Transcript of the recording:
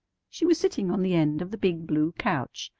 she was sitting on the end of the big blue couch,